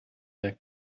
der